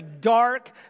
dark